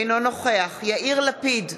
אינו נוכח יאיר לפיד,